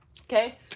Okay